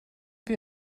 wir